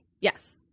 Yes